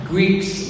Greeks